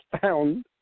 found